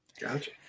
Gotcha